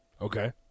Okay